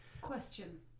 Question